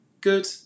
good